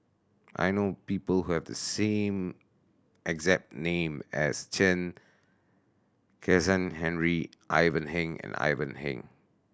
I know people who have the exact name as Chen Kezhan Henri Ivan Heng and Ivan Heng